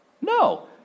No